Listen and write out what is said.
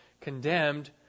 condemned